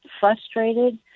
frustrated